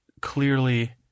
clearly